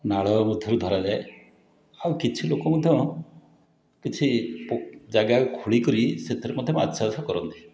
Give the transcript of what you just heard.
ନାଳ ଭିତରୁ ଧରାଯାଏ ଆଉ କିଛି ଲୋକ ମଧ୍ୟ କିଛି ପୋ ଜାଗା ଖୋଳିକରି ସେଥିରେ ମଧ୍ୟ ମାଛ ଚାଷ କରନ୍ତି